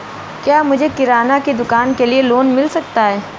क्या मुझे किराना की दुकान के लिए लोंन मिल सकता है?